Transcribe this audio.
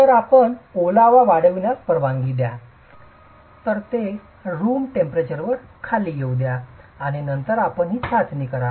तर आपण ओलावा वाढविण्यास परवानगी द्या ते खोलीच्या तपमानावर खाली येऊ द्या आणि नंतर आपण ही चाचणी करा